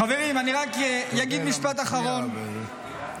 חברים, משפט אחרון.